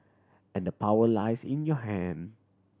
and the power lies in your hand